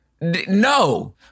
No